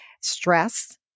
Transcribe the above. stress